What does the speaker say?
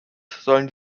sollen